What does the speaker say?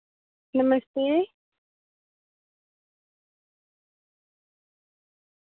नमस्ते